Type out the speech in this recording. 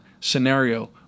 scenario